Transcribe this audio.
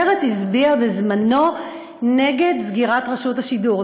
מרצ הצביעה בזמנו נגד סגירת רשות השידור,